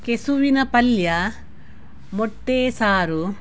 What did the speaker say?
ಕೆಸುವಿನ ಪಲ್ಯ ಮೊಟ್ಟೆ ಸಾರು